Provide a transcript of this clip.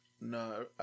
No